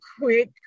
quick